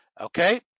Okay